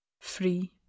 Free